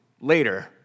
later